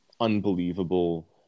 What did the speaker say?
unbelievable